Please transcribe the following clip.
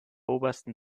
obersten